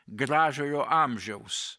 gražiojo amžiaus